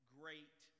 great